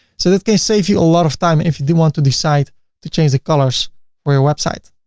so that can save you a lot of time if you do want to decide to change the colors for your website.